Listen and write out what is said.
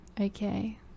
okay